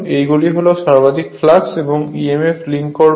এইগুলি এর সর্বাধিক ফ্লাক্স এবং emf লিঙ্ক করবে